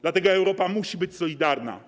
Dlatego Europa musi być solidarna.